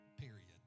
period